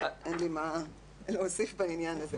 אין לי מה להוסיף בעניין זה.